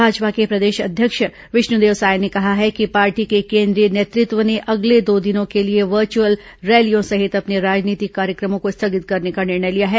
भाजपा के प्रदेश अध्यक्ष विष्णुदेव साय ने कहा है कि पार्टी के केंद्रीय नेतृत्व ने अगले दो दिनों के लिए वर्चुअल रैलियों सहित अपने राजनीतिक कार्यक्रमों को स्थगित करने का निर्णय लिया है